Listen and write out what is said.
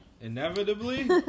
Inevitably